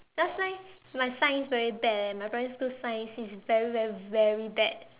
last time my science very bad eh my primary school science is very very very bad